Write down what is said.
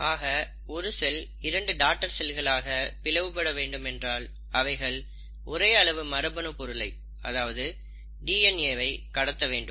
ஆக ஒரு செல் இரண்டு டாடர் செல்களாக பிளவுபட வேண்டுமென்றால் அவைகள் ஒரே அளவு மரபணு பொருளை அதாவது டிஎன்ஏ வை கடத்த வேண்டும்